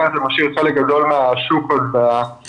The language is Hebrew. לכן זה משאיר חלק גדול -- -זאת אומרת,